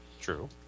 true